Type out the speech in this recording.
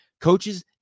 Coaches